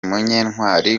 munyantwali